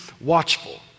watchful